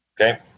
Okay